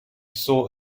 saw